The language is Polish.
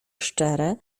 szczere